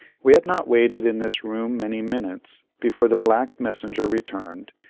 we had not waited in this room many minutes, before the black messenger returned,